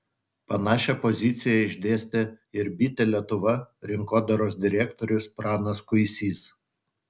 panašią poziciją išdėstė ir bitė lietuva rinkodaros direktorius pranas kuisys